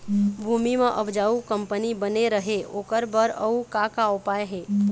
भूमि म उपजाऊ कंपनी बने रहे ओकर बर अउ का का उपाय हे?